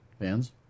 Vans